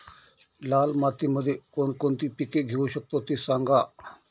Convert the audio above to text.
लाल मातीमध्ये कोणकोणती पिके घेऊ शकतो, ते सांगा